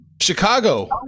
Chicago